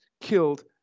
killed